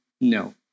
No